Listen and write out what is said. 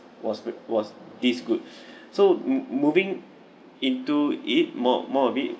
was was this good so m~ moving into it more more of it